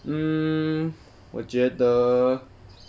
hmm 我觉得